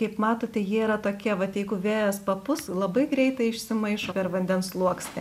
kaip matote jie yra tokie vat jeigu vėjas papūs labai greitai išsimaišo per vandens sluoksnį